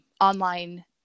online